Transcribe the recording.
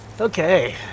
Okay